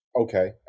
Okay